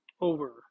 over